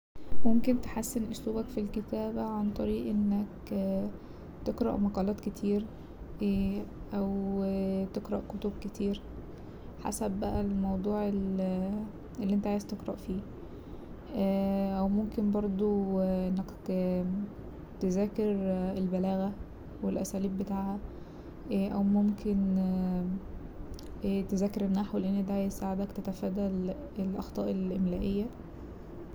ممكن تحسن أسلوبك في الكتابة عن طريق انك تقرأ مقالات كتير أو تقرأ كتب كتيرحسب بقى الموضوع اللي انت عايز تقرأ فيه أو ممكن برضو انك تذاكر البلاغة والأساليب بتاعها أو ممكن تذاكر النحو لأن ده هيساعدك تتفادى الأخطاء الإملائية.